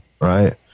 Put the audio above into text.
right